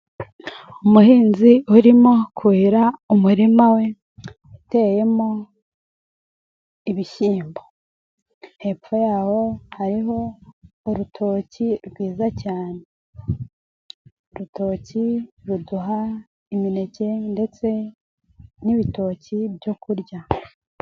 Umuhinzi urimo kuhira umurima we, yateyemo ibishyimbo. Hepfo yawo hariho urutoki rwiza cyane, urutoki ruduha imineke ndetse n'ibitoki byo kurya.